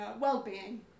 well-being